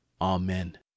Amen